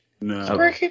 No